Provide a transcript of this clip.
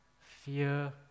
Fear